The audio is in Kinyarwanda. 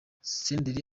senderi